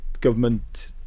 government